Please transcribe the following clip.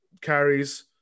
carries